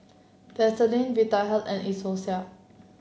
Vaselin Vitahealth and Isocal